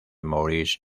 maurice